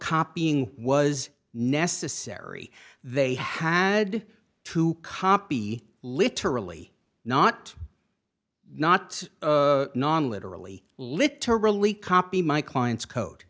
copying was necessary they had to copy literally not not non literally literally copy my client's code